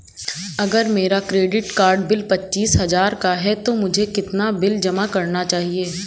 अगर मेरा credit card bill पच्चीस हजार का है तो मुझे कितना बिल जमा करना चाहिए?